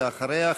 ואחריה,